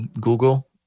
Google